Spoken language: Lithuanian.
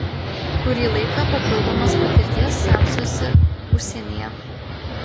kurį laiką papildomos patirties semsiuosi užsienyje